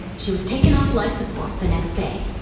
she was taken off life support the next day.